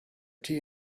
tea